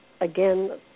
again